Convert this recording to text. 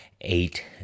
eight